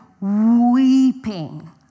weeping